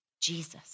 Jesus